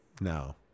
No